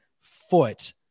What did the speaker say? foot